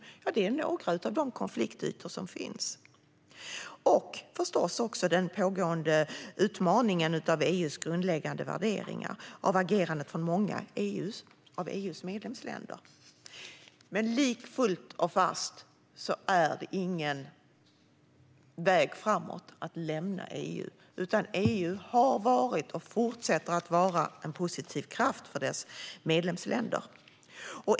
Dessa är några av de konfliktytor som finns. Sedan är det förstås den pågående utmaningen av EU:s grundläggande värderingar och av agerandet hos många av EU:s medlemsländer. Likafullt och fast är det ingen väg framåt att lämna EU. EU har varit och fortsätter att vara en positiv kraft för dess medlemsländer.